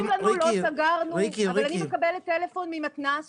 אני מקבלת טלפון ממתנ"ס